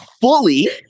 fully